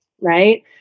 right